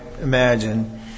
imagine